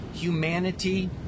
humanity